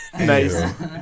Nice